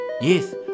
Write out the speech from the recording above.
Yes